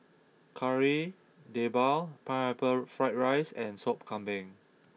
Kari Debal Pineapple Fried Rice and Sop Kambing